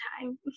time